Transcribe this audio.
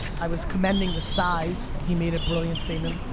i was commending the size. he made a brilliant statement,